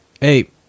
hey